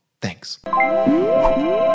Thanks